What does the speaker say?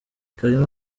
kalima